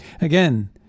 Again